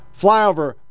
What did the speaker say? Flyover